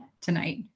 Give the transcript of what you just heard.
tonight